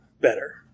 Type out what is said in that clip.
better